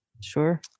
Sure